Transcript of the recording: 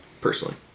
personally